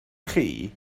chi